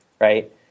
right